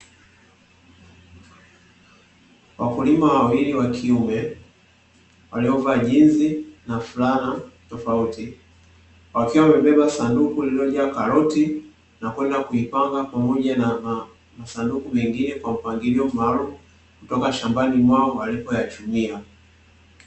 Wakulima wawili wa kiume waliovaa jinsi na fulana tofauti, wakiwa wamebeba sanduku lililojaa karoti na kwenda kuipanga pamoja na masanduku mengine kwa mpangilio maalumu, kutoka shambani mwao walipoyachumia.